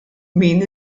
min